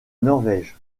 norvège